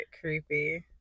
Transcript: creepy